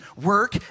Work